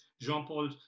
Jean-Paul